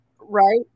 Right